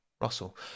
Russell